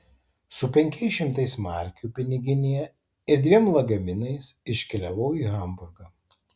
su penkiais šimtais markių piniginėje ir dviem lagaminais iškeliavau į hamburgą